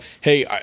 Hey